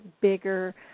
bigger